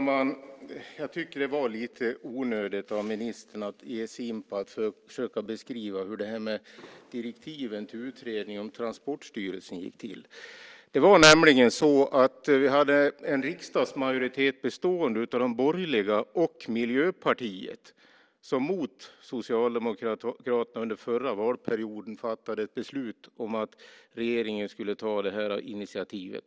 Fru talman! Det var lite onödigt av ministern att ge sig på att försöka beskriva hur detta med direktiven till utredningen om Transportstyrelsen gick till. Vi hade en riksdagsmajoritet bestående av de borgerliga partierna och Miljöpartiet som under förra mandatperioden gick emot Socialdemokraterna och fattade ett beslut om att regeringen skulle ta detta initiativ.